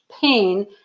pain